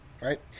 right